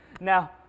Now